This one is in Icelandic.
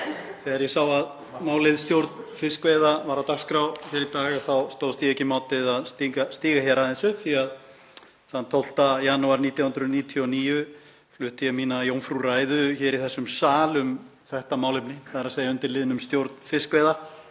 Þegar ég sá að málið, stjórn fiskveiða, er á dagskrá hér í dag þá stóðst ég ekki mátið að stíga hér aðeins upp því að þann 12. janúar 1999 flutti ég mína jómfrúrræðu hér í þessum sal um þetta málefni undir málsheitinu Stjórn fiskveiða.